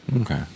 Okay